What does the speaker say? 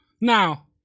Now